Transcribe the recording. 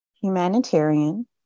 humanitarian